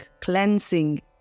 cleansing